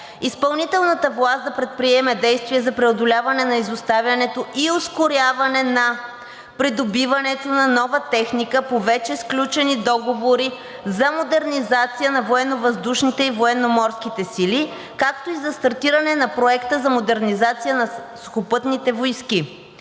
Изпълнителната власт да предприеме действия за преодоляване на изоставането и ускоряване на придобиването на нова техника по вече сключени договори за модернизация на Военновъздушните и Военноморските сили, както и за стартиране на Проекта за модернизация на Сухопътните войски.